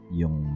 yung